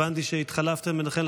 הבנתי שהתחלפתם ביניכם,